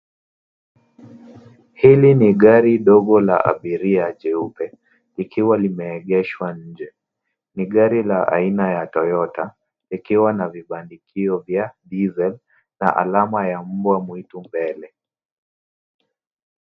Hili ni gari dogo la abiria jeupe likiwa limeegeshwa nje. Ni gari la aina ya Toyota likiwa na vibandikio vya diesel na alama ya mbwa mwitu mbele.